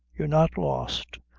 you're not lost.